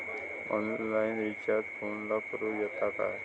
Online recharge फोनला करूक येता काय?